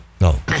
No